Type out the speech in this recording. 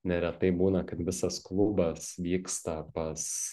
neretai būna kad visas klubas vyksta pas